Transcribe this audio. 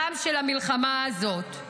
גם של המלחמה הזאת.